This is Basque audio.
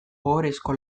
ohorezko